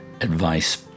advice